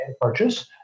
purchase